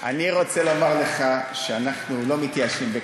אני רוצה לומר לך שאנחנו לא מתייאשים בקלות.